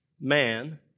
man